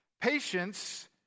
Patience